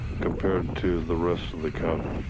compared to the rest of the county?